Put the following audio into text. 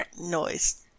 noise